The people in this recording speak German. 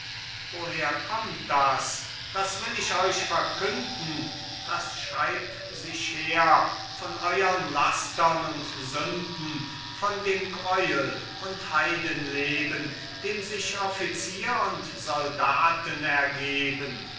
woher kommt das das will ich euch verkünden das schreibt sich her von euern lastern und sünden von dem greuel und heidenleben dem sich offizier und soldaten ergeben